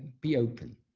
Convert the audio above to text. be open.